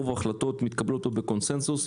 רוב ההחלטות מתקבלות פה בקונצנזוס,